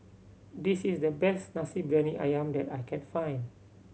this is the best Nasi Briyani Ayam that I can find